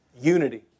Unity